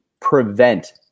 prevent